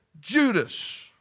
Judas